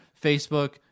Facebook